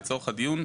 לצורך הדיון,